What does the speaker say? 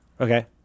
Okay